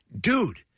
dude